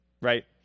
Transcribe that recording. Right